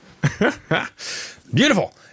beautiful